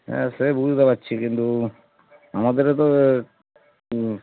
হ্যাঁ সে বুঝতে পারছি কিন্তু আমাদেরও তো উম